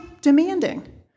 demanding